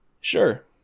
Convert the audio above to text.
sure